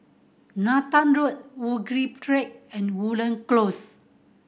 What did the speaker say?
Nathan Road Woodleigh Track and Woodland Close